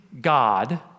God